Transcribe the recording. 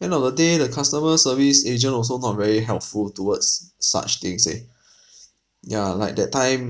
end of the day the customer service agent also not very helpful towards such things eh ya like that time